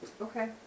Okay